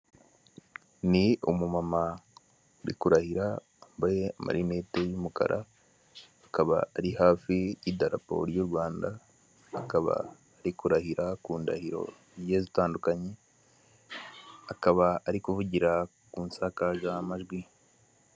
Ni umumama uri kurahira wambaye amarinete y'umukara, akaba ari hafi y'idarapo ry'u Rwanda. Akaba ari kurahira ku ndahiro zigiye zitandukanye, akaba ari kuvugira ku nsakazamajwi.